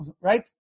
right